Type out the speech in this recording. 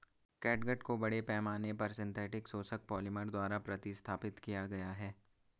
catgut को बड़े पैमाने पर सिंथेटिक शोषक पॉलिमर द्वारा प्रतिस्थापित किया गया है